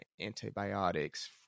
antibiotics